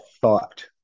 thought